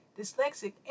dyslexic